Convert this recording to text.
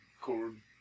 corn